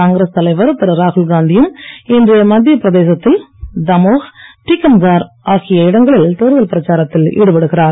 காங்கிரஸ் தலைவர் திரு ராகுல்காந்தியும் இன்று மத்திய பிரதேசத்தில் தமோஹ் டீக்கம்கார் ஆகிய இடங்களில் தேர்தல் பிரச்சாரத்தில் ஈடுபடுகிறார்